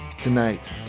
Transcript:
tonight